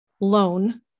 loan